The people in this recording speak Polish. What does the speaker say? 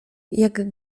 jak